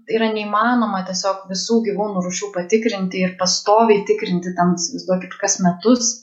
tai yra neįmanoma tiesiog visų gyvūnų rūšių patikrinti ir pastoviai tikrinti ten įsivaizduokit kas metus